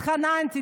התחננתי.